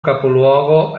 capoluogo